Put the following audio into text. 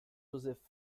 joseph